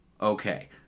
Okay